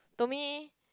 to me